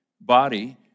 body